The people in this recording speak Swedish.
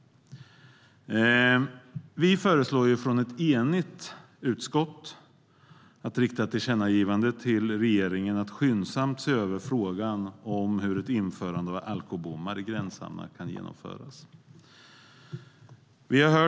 Vi föreslår från ett enigt utskott att vi ska rikta ett tillkännagivande till regeringen om att skyndsamt se över frågan om hur ett införande av alkobommar i gränshamnarna kan genomföras.